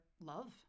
love